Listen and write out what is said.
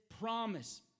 promise